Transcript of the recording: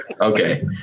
okay